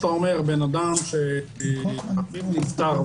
לא הצהיר כאזרחים ישראלים?